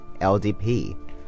LDP